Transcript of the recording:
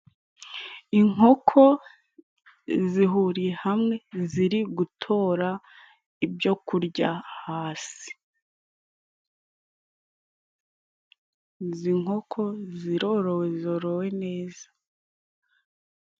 Inkoko zihuriye hamwe ziri gutora ibyo kurya hasi. Izi nkoko zirorowe zorowe neza.